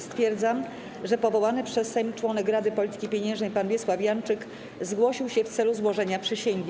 Stwierdzam, że powołany przez Sejm członek Rady Polityki Pieniężnej pan Wiesław Janczyk zgłosił się w celu złożenia przysięgi.